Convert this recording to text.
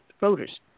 voters